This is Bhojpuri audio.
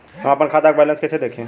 हम आपन खाता क बैलेंस कईसे देखी?